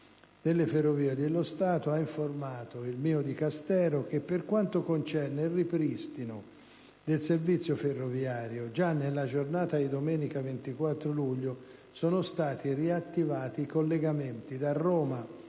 delle Ferrovie dello Stato ha informato il mio Dicastero che, per quanto concerne il ripristino del servizio ferroviario, già nella giornata di domenica 24 luglio sono stati riattivati i collegamenti da Roma